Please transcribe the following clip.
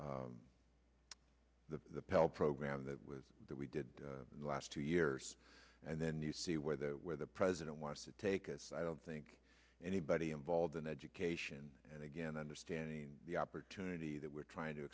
pell program that was that we did last two years and then you see where that where the president wants to take us i don't think anybody involved in education and again understand the opportunity we're trying to